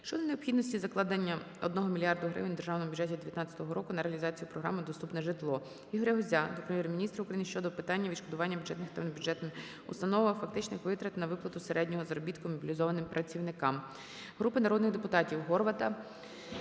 щодо необхідності закладення 1 мільярда гривень у Державному бюджеті 2019 року на реалізацію програми "Доступне житло". ІгоряГузя до Прем'єр-міністра України щодо питання відшкодування бюджетним та небюджетним установам фактичних витрат на виплату середнього заробітку мобілізованим працівникам. Групи народних депутатів (Горвата,